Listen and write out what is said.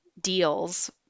deals